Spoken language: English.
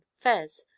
fez